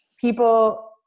people